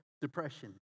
depression